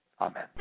Amen